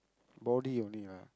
body only lah